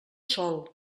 sol